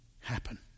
happen